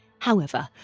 however,